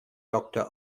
doctor